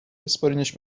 بسپرینش